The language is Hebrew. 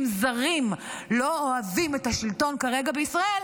זרים ולא אוהבים את השלטון כרגע בישראל,